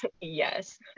Yes